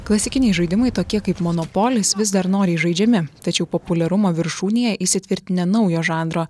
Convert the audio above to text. klasikiniai žaidimai tokie kaip monopolis vis dar noriai žaidžiami tačiau populiarumo viršūnėje įsitvirtinę naujo žanro